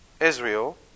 Israel